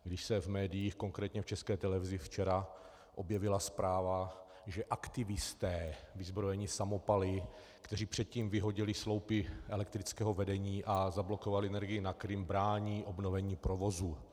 Když se v médiích, konkrétně v České televizi, včera objevila zpráva, že aktivisté vyzbrojení samopaly, kteří předtím vyhodili sloupy elektrického vedení a zablokovali energii na Krym, brání obnovení provozu.